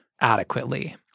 adequately